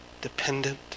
dependent